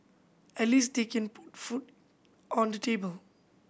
at least they can put food on the table